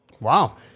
wow